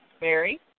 Mary